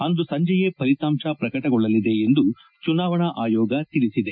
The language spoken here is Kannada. ಅಂದು ಸಂಜೆಯೇ ಫಲಿತಾಂಶ ಪ್ರಕಟಗೊಳ್ಳಲಿದೆ ಎಂದು ಚುನಾವಣಾ ಆಯೋಗ ತಿಳಿಸಿದೆ